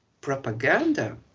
propaganda